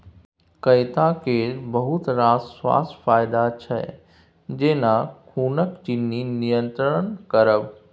कैता केर बहुत रास स्वास्थ्य फाएदा छै जेना खुनक चिन्नी नियंत्रण करब